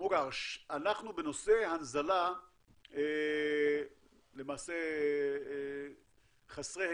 אמרו ככה, שבנושא ההנזלה אנחנו למעשה חסרי היכרות,